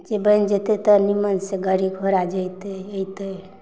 जे बनि जेते तऽ निम्मनसँ गाड़ी घोड़ा जेतै अएतै